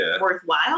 worthwhile